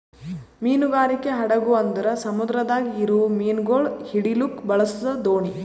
ಮೀನುಗಾರಿಕೆ ಹಡಗು ಅಂದುರ್ ಸಮುದ್ರದಾಗ್ ಇರವು ಮೀನುಗೊಳ್ ಹಿಡಿಲುಕ್ ಬಳಸ ದೋಣಿ